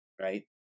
right